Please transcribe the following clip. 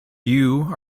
you